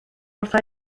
wrtha